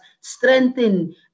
strengthen